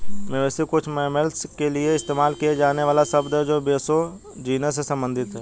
मवेशी कुछ मैमल्स के लिए इस्तेमाल किया जाने वाला शब्द है जो बोसो जीनस से संबंधित हैं